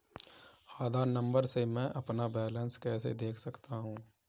आधार number से मैं अपना बैलेंस कैसे देख सकता हूँ?